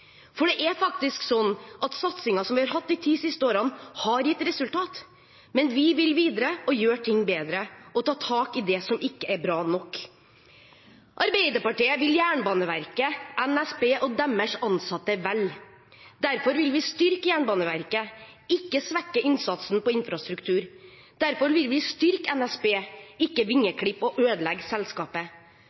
togselskapet som kundene faktisk strømmer til mer enn noen gang før. Satsingen vi har hatt de ti siste årene, har gitt resultat. Men vi vil videre og gjøre ting bedre og ta tak det som ikke er bra nok. Arbeiderpartiet vil Jernbaneverket, NSB og deres ansatte vel. Derfor vil vi styrke Jernbaneverket, ikke svekke innsatsen på infrastruktur. Derfor vil vi styrke NSB, ikke vingeklippe og ødelegge selskapet.